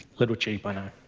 little cheap, i know.